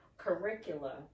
curricula